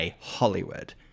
Hollywood